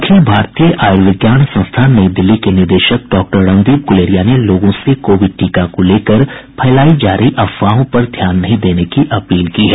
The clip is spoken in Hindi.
अखिल भारतीय आयुर्विज्ञान संस्थान नई दिल्ली के निदेशक डॉक्टर रणदीप गुलेरिया ने लोगों से कोविड टीका को लेकर फैलायी जा रही अफवाहों पर ध्यान नहीं देने की अपील की है